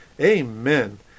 Amen